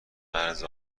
مرز